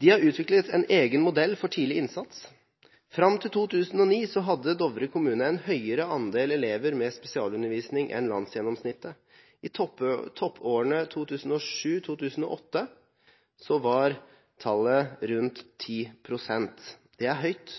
har man utviklet en egen modell for tidlig innsats. Fram til 2009 hadde Dovre kommune en høyere andel elever med spesialundervisning enn landsgjennomsnittet. I toppårene 2007/2008 var tallet rundt 10 pst. Det er høyt,